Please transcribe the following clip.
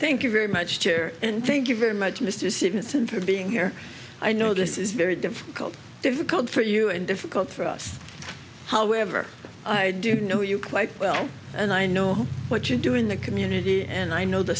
thank you very much chair and thank you very much mr stevenson for being here i know this is very difficult difficult for you and difficult for us however i do know you quite well and i know what you're doing the community and i know the